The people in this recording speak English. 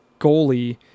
goalie